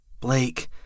Blake